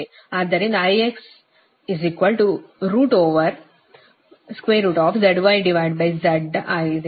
ಆದ್ದರಿಂದ I root overzy z ಆಗಿದೆ